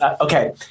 okay